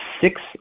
six